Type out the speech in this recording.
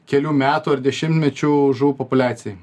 kelių metų ar dešimtmečių žuvų populiacijai